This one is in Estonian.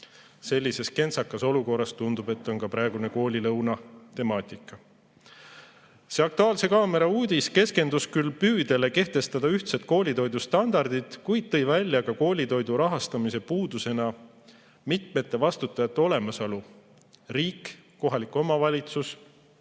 Sellises kentsakas olukorras tundub olevat ka praegune koolilõuna temaatika. See "Aktuaalse kaamera" uudis keskendus küll püüdele kehtestada ühtsed koolitoidu standardid, kuid tõi välja ka koolitoidu rahastamise puudusena mitme vastutaja olemasolu: riik, kohalik omavalitsus